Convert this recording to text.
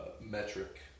metric